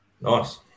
Nice